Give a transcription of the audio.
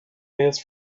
days